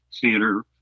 theater